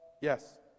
Yes